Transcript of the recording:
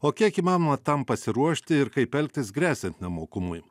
o kiek įmanoma tam pasiruošti ir kaip elgtis gresiant nemokumui